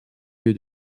lieu